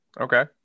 Okay